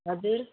हजुर